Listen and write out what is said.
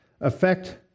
affect